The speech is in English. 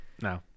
No